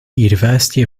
university